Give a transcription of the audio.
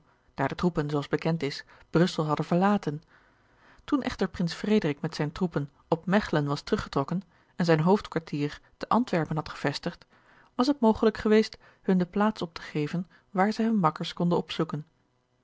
daar de troepen zooals bekend is brussel hadden verlaten toen echter prins frederik met zijne troepen op mechelen was teruggetrokken en zijn hoofdkwartier te antwerpen had gevestigd was het mogelijk geweest hun de plaats op te geven waar zij hunne makkers konden opzoeken